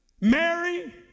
Mary